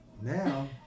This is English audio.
Now